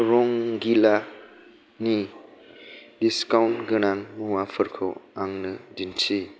रंगिलानि discount गोनां मुवाफोरखौ आंनो दिन्थि